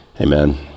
amen